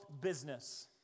business